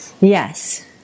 Yes